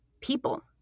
people